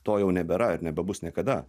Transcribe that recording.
to jau nebėra ir nebebus niekada